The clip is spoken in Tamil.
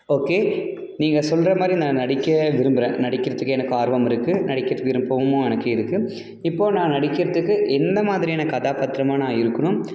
ஓகே நீங்கள் சொல்கிற மாதிரி நான் நடிக்க விரும்புகிறேன் நடிக்கிறதுக்கு எனக்கு ஆர்வம் இருக்குது நடிக்கிறதுக்கு விருப்பமும் எனக்கு இருக்குது இப்போது நான் நடிக்கிறதுக்கு என்ன மாதிரியான கதாபாத்திரமா நான் இருக்கணும்